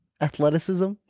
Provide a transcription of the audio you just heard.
athleticism